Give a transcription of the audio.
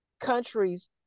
countries